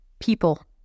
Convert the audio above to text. people